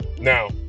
Now